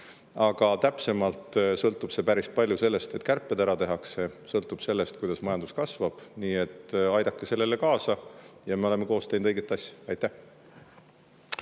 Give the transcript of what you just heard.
Aga täpsemalt sõltub see päris palju sellest, et kärped ära tehakse, sõltub sellest, kuidas majandus kasvab. Nii et aidake sellele kaasa ja me oleme koos teinud õiget asja.